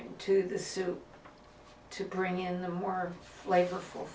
to the soup to bring in the more flavorful